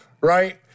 Right